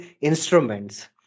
instruments